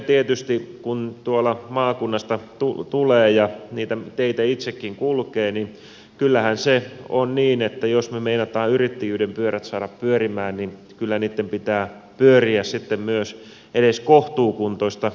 tietysti kun tuolta maakunnasta tulee ja niitä teitä itsekin kulkee niin kyllähän se on niin että jos me meinaamme yrittäjyyden pyörät saada pyörimään kyllä niitten pitää sitten pyöriä edes kohtuukuntoista infraa pitkin